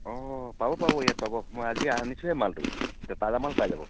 অ' পাব পাব ইয়াত পাব মই আজি আনিছোঁহে মালটো তাজা মাল পাই যাব